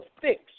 fix